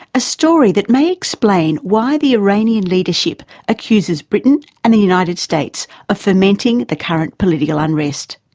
a story that may explain why the iranian leadership accuses britain and the united states of fomenting the current political unrest.